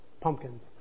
pumpkins